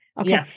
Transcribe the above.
Okay